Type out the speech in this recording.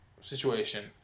situation